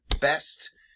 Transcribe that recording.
best